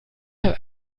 hat